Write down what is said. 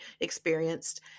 experienced